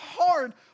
hard